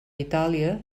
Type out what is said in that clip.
itàlia